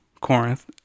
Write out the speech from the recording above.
Corinth